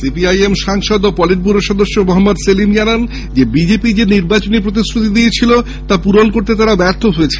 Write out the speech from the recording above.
C P I M সাংসদ ও পলিটব্যুরোর সদস্য মহম্মদ সেলিম জানান বিজেপি যে নির্বাচনী প্রতিশ্রুতি দিয়েছিল তা পূরণ করতে ব্যর্থ হয়েছে